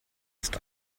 ist